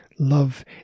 Love